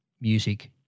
music